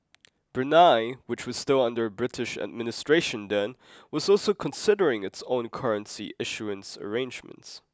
Brunei which was still under British administration then was also considering its own currency issuance arrangements